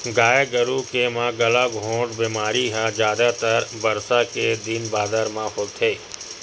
गाय गरु के म गलाघोंट बेमारी ह जादातर बरसा के दिन बादर म होथे